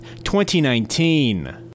2019